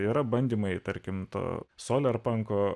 yra bandymai tarkim to solerpanko